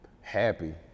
happy